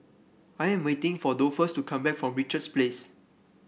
I am waiting for Dolphus to come back from Richards Place